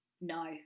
No